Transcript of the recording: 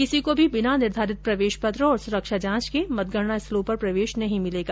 किसी को भी बिना निर्धारित प्रवेश पत्र और सुरक्षा जांच के मतगणना स्थलों पर प्रवेश नहीं मिलेगा